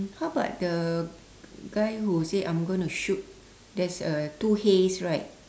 how about the guy who say I'm gonna shoot there's a two hays right